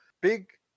big